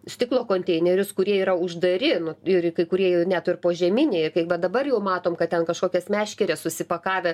stiklo konteinerius kurie yra uždari ir kai kurie net ir požeminiai kai va dabar jau matom kad ten kažkokias meškeres susipakavę